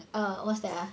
err what's that ah